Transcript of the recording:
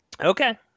Okay